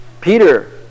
Peter